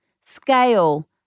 Scale